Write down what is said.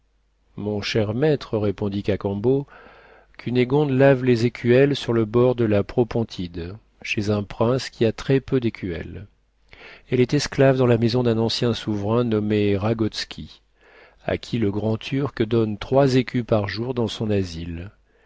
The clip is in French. mon cher maître répondit cacambo cunégonde lave les écuelles sur le bord de la propontide chez un prince qui a très peu d'écuelles elle est esclave dans la maison d'un ancien souverain nommé ragotski à qui le grand-turc donne trois écus par jour dans son asile